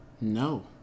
No